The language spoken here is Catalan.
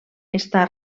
està